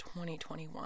2021